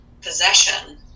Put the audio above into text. possession